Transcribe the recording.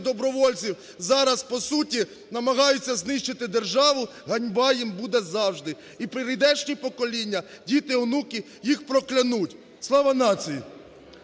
добровольців, зараз по суті намагаються знищити державу, ганьба їм буде завжди. І прийдешні покоління, діти, онуки, їх проклянуть. Слава нації!